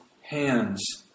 hands